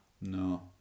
No